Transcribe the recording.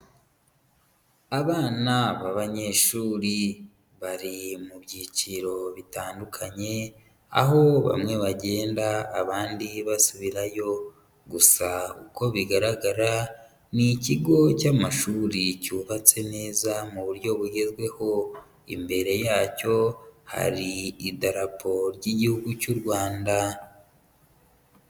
Abana b'abanyeshuri bari mu byiciro bitandukanye, aho bamwe bagenda abandi basubirayo, gusa uko bigaragara ni ikigo cy'amashuri cyubatswe neza mu buryo bugezweho, imbere yacyo hari idarapo ry'Igihugu cy'u Rwanda.